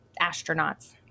astronauts